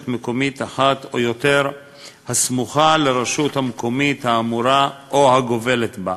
מקומית אחת או יותר הסמוכה לרשות המקומית האמורה או הגובלת בה,